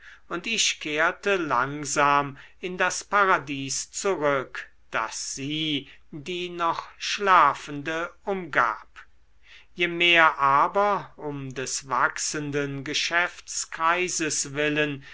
und ich kehrte langsam in das paradies zurück das sie die noch schlafende umgab je mehr aber um des wachsenden geschäftskreises willen